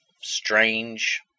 strange